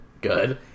Good